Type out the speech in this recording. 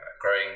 growing